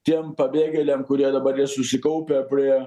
tiem pabėgėliam kurie dabar jie susikaupia kurie